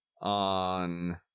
on